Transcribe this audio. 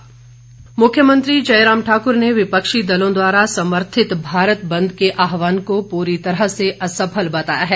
जयराम मुख्यमंत्री जयराम ठाकुर ने विपक्षी दलों द्वारा समर्थित भारत बंद के आहवान को पूरी तरह से असफल बताया है